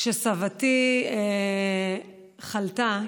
כשסבתי חלתה,